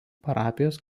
parapijos